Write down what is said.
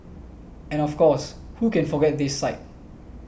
and of course who can forget this sight